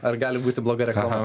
ar gali būti bloga reklama